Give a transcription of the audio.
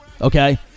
Okay